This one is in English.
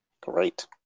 Great